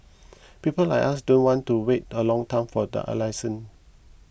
people like us don't want to wait a long time for the a license